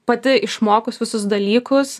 pati išmokus visus dalykus